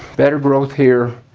better growth here.